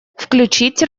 включить